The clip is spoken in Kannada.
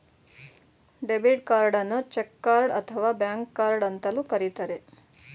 ಡೆಬಿಟ್ ಕಾರ್ಡನ್ನು ಚಕ್ ಕಾರ್ಡ್ ಅಥವಾ ಬ್ಯಾಂಕ್ ಕಾರ್ಡ್ ಅಂತಲೂ ಕರಿತರೆ